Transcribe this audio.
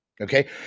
okay